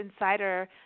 insider